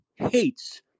Hates